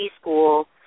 school